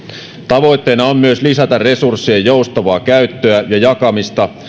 tavoitteena on myös lisätä resurssien joustavaa käyttöä ja jakamista